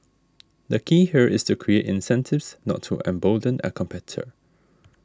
the key here is to create incentives not to embolden a competitor